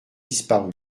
disparu